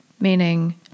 meaning